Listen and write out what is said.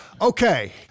Okay